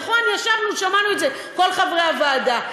נכון, ישבנו ושמענו את זה, כל חברי הוועדה.